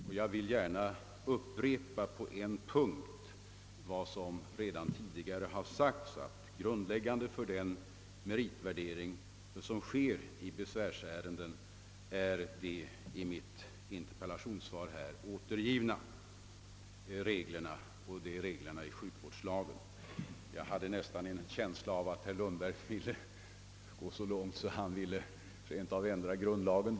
Och jag upprepar, att grundläggande för den meritvärdering som sker i besvärsärenden är de i svaret återgivna reglerna i sjukvårdslagen, Jag fick nästan en känsla av att herr Lundberg rent av ville ändra grundlagen.